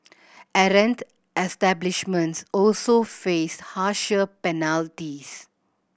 errant establishments also faced harsher penalties